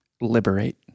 liberate